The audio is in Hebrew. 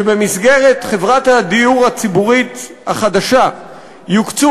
שבמסגרת חברת הדיור הציבורית החדשה יוקצו